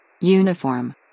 Uniform